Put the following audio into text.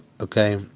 Okay